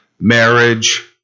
marriage